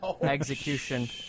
execution